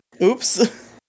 Oops